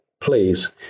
Please